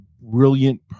brilliant